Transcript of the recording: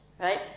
right